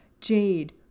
Jade